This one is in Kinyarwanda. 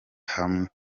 hagamijwe